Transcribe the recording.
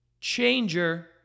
changer